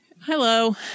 Hello